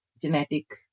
genetic